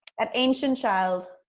an ancient child.